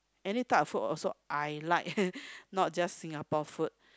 any type of food also I like not just Singapore food